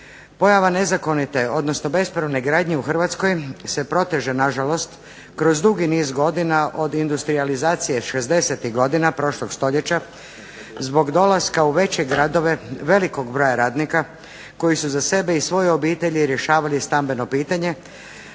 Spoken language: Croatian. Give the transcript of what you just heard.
Pojava nezakonite odnosno bespravne gradnje u Hrvatskoj se proteže nažalost kroz dugi niz godina od industrijalizacije šezdesetih godina prošlog stoljeća zbog dolaska u veće gradove velikog broja radnika koji su za sebe i svoje obitelji rješavali stambeno pitanje,